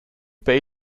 bay